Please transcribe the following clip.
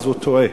הוא טועה.